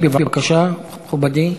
בבקשה, משה גפני,